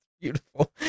Beautiful